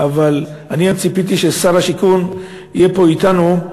אבל אני ציפיתי שהיום שר השיכון יהיה פה אתנו.